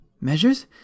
Measures